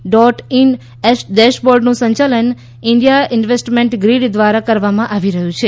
dot in ડેશબોર્ડનું સંચાલન India investment grid દ્વારા કરવામાં આવી રહ્યું છે